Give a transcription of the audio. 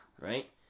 right